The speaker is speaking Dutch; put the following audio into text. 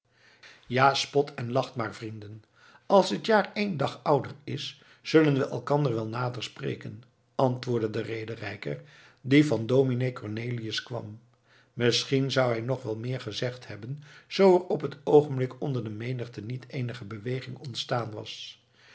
ja spot en lacht maar vrienden als het jaar één dag ouder is zullen we elkander wel nader spreken antwoordde de rederijker die van dominé cornelius kwam misschien zou hij nog wel meer gezegd hebben zoo er op het oogenblik onder de menigte niet eenige beweging ontstaan was